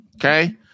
Okay